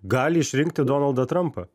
gali išrinkti donaldą trampą